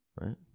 right